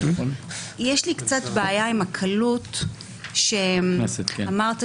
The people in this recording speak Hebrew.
יש לי קצת בעיה עם הקלות באמירה שלך